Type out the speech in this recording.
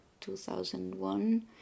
2001